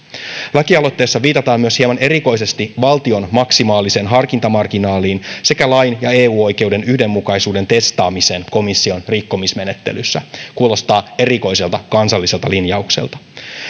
lakialoitteessa viitataan myös hieman erikoisesti valtion maksimaaliseen harkintamarginaaliin sekä lain ja eu oikeuden yhdenmukaisuuden testaamiseen komission rikkomismenettelyssä kuulostaa erikoiselta kansalliselta linjaukselta